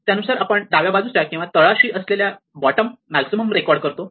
त्यानुसारच आपण डाव्या बाजूचा किंवा तळाशी असलेला बॉटम मॅक्झिमम रेकॉर्ड करतो